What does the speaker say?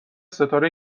ستاره